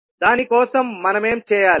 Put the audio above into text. దాని కోసం మనమేం చేయాలి